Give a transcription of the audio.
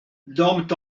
dorment